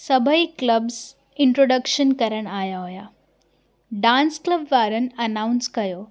सभई clubs introduction करणु आहिया हुआ डांस क्लब वारनि अनाउंस कयो